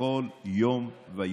בכל יום ויום.